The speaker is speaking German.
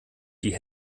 die